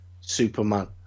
Superman